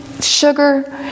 sugar